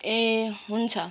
ए हुन्छ